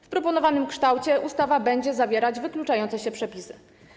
W proponowanym kształcie ustawa będzie zawierać wykluczające się przepisy.